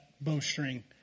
bowstring